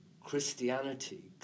Christianity